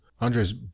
Andres